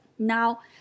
Now